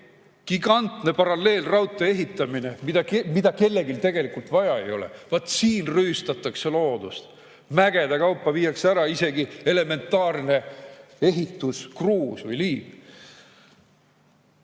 gigantne paralleelraudtee ehitamine, mida kellelegi tegelikult vaja ei ole. Vaat siin rüüstatakse loodust, mägede kaupa viiakse ära isegi elementaarne ehituskruus või